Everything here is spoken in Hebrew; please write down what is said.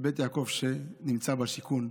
ובית יעקב שנמצא בשיכון.